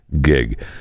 gig